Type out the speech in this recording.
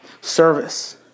service